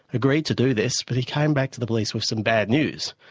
agreed to do this, but he came back to the police with some bad news.